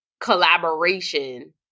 collaboration